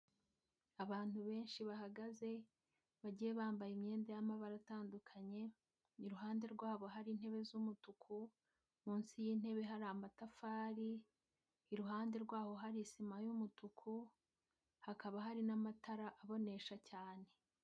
Abantu benshi bahagaze, bagiye bambaye imyenda y'amabara atandukanye, iruhande rwabo hari intebe z'umutuku, munsi y'intebe hari amatafari, iruhande rwaho hari isima y'umutuku, hakaba hari n'amatara abonesha cyane.